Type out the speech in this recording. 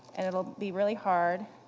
and it'll be really hard,